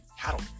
cattle